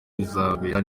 bizabera